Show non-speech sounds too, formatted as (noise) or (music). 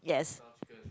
yes (noise)